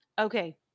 Okay